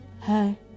hey